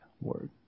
Word